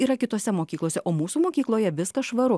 yra kitose mokyklose o mūsų mokykloje viskas švaru